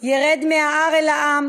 ירד מההר אל העם